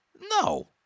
No